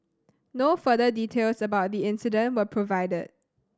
no further details about the incident were provided